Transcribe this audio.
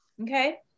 Okay